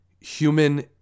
human